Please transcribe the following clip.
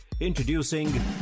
Introducing